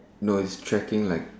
no is tracking like